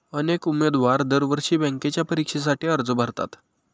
अनेक उमेदवार दरवर्षी बँकेच्या परीक्षेसाठी अर्ज भरतात